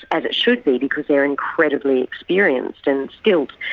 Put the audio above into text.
as it should be, because they are incredibly experienced and skilled.